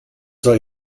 soll